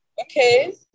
Okay